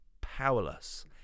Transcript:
powerless